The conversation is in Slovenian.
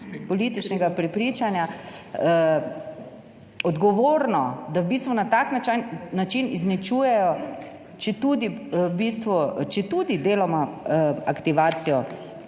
političnega prepričanja, odgovorno, da v bistvu na tak način izničujejo, četudi deloma aktivacijo